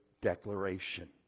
declaration